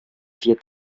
vier